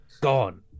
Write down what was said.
gone